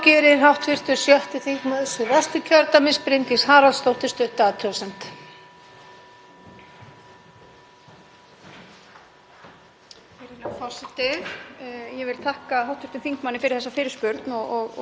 Virðulegur forseti. Ég vil þakka hv. þingmanni fyrir þessa fyrirspurn og ráðherra fyrir svörin. Ég held að þetta sé mjög mikilvæg umræða og við þurfum að fylgjast vel með framgangi þessara mála. Það er algerlega óásættanlegt